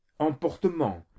emportement